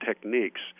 techniques